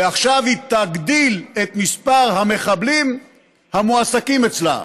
ועכשיו היא תגדיל את מספר המחבלים המועסקים אצלה.